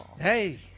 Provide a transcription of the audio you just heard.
Hey